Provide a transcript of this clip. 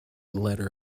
letter